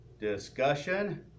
discussion